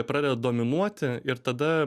pradeda dominuoti ir tada